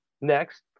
next